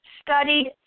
studied